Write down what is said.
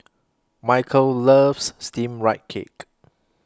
Michaele loves Steamed Rice Cake